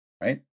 right